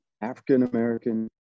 African-American